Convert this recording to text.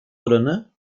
oranı